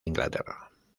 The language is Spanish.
inglaterra